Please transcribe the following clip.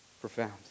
Profound